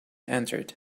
answered